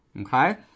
Okay